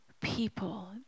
people